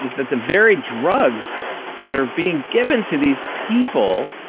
is that the very drugs that are being given to these people.